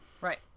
right